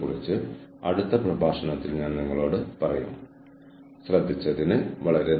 അത്രമാത്രം അടുത്ത ക്ലാസിൽ ഹ്യൂമൻ റിസോഴ്സ് മാനേജ്മെന്റിന്റെ മറ്റൊരു വശത്തേക്ക് നമ്മൾ നീങ്ങും